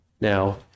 now